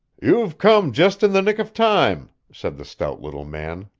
you've come just in the nick of time, said the stout little man,